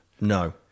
No